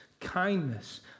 kindness